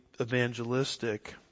evangelistic